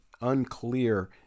unclear